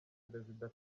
perezida